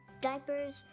diapers